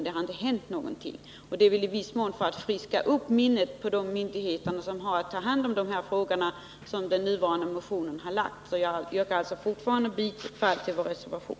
Någon sådan åtgärd har dock inte vidtagits, och det är väl i viss mån för att friska upp minnet hos de myndigheter som har att handlägga dessa frågor som den nu aktuella motionen har väckts. Jag yrkar fortfarande bifall till vår reservation.